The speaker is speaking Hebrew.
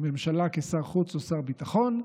בממשלה כשר חוץ או שר הביטחון,